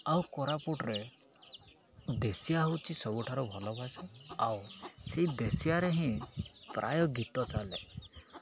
ଆଉ କୋରାପୁଟରେ ଦେଶିଆ ହେଉଛି ସବୁଠାରୁ ଭଲ ଭାଷା ଆଉ ସେଇ ଦେଶିଆରେ ହିଁ ପ୍ରାୟ ଗୀତ ଚାଲେ